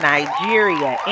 Nigeria